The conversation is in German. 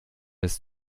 des